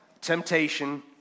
temptation